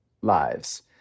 lives